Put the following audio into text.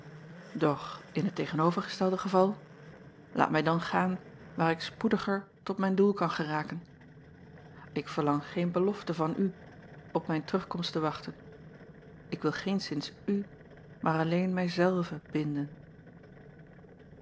doch in het tegenovergestelde geval laat mij dan gaan waar ik spoediger tot mijn doel kan geraken ik verlang geen belofte van u op mijn terugkomst te wachten ik wil geenszins u maar alleen mij zelven binden